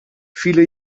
viele